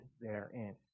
therein